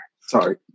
Sorry